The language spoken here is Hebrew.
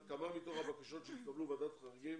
כמה מתוך הבקשות שהתקבלו בוועדת החריגים